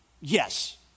Yes